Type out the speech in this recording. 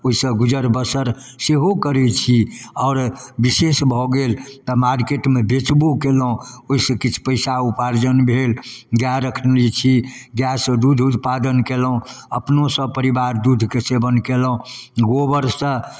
ओहिसँ गुजर बसर सेहो करै छी आओर विशेष भऽ गेल तऽ मार्केटमे बेचबो कएलहुँ ओहिसँ किछु पइसा उपार्जन भेल गाइ रखने छी गाइसँ दूध उत्पादन कएलहुँ अपनो सपरिवार दूधके सेवन कएलहुँ गोबरसँ जे